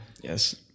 Yes